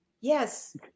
Yes